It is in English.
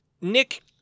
Nick